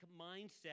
mindset